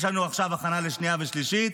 יש לנו עכשיו הכנה לשנייה ושלישית,